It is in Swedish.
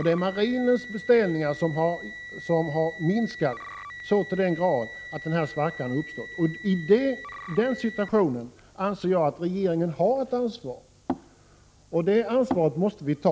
Det är marinens beställningar som har minskat så till den grad att den här svackan har uppstått. I den situationen anser jag att regeringen har ett ansvar, och det måste den ta.